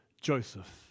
Joseph